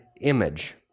image